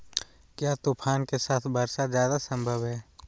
क्या तूफ़ान के साथ वर्षा जायदा संभव है?